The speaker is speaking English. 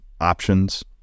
options